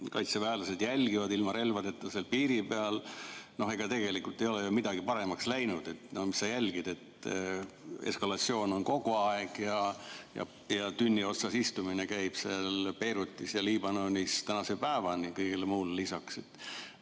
kaitseväelased jälgivad ilma relvadeta seal piiri peal – no ega tegelikult ei ole ju midagi paremaks läinud. Mis sa jälgid, eskalatsioon on kogu aeg ja tünni otsas istumine käib seal Beirutis ja Liibanonis tänase päevani kõigele muule lisaks.